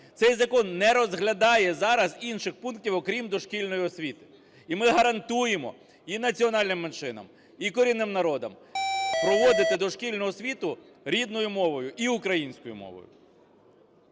Цей закон не розглядає зараз інших пунктів, окрім дошкільної освіти. І ми гарантуємо і національним меншинам, і корінним народам проводити дошкільну освіту рідною мовою і українською мовою.